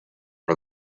for